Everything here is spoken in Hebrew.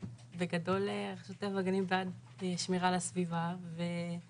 בגדול רשות הטבע והגנים בעד שמירה על הסביבה והעמותה